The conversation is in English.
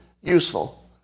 Useful